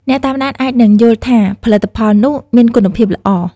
អ្នកតាមដានអាចនឹងយល់ថាផលិតផលនោះមានគុណភាពល្អ ។